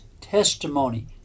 testimony